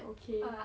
okay